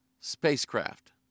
spacecraft